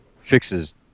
fixes